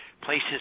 places